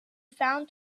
found